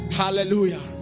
hallelujah